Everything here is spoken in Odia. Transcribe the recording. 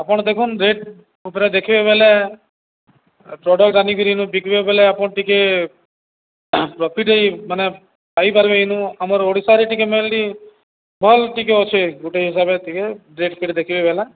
ଆପଣ ଦେଖନ୍ ରେଟ୍ ଉପରେ ଦେଖିବେ ବଲେ ପ୍ରଡ଼କ୍ଟ ଆଣିକିରି ଇନୁ ବିକିବେ ବଲେ ଆପଣ ଟିକେ ପ୍ରଫିଟ୍ ମାନେ ପାଇପାରିବେ ଇନୁ ଆମର ଓଡ଼ିଶାରେ ଟିକେ ମେନଲି ଭଲ୍ ଟିକେ ଅଛେ ଗୋଟେ ହିସାବରେ ଟିକେ ରେଟ୍ ଫେଟ୍ ଦେଖିବେ ବଲା